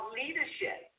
leadership